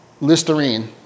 Listerine